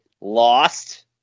Lost